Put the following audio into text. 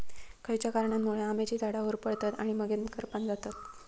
खयच्या कारणांमुळे आम्याची झाडा होरपळतत आणि मगेन करपान जातत?